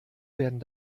werden